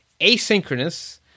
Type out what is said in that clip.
asynchronous